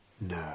No